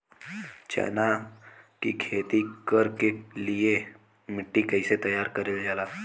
चना की खेती कर के लिए मिट्टी कैसे तैयार करें जाला?